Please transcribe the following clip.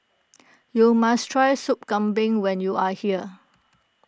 you must try Soup Kambing when you are here